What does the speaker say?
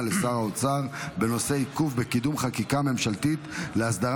לשר האוצר בנושא: עיכוב וקידום חקיקה ממשלתית להסדרת